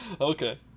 Okay